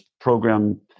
program